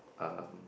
um